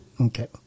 Okay